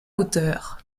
hauteur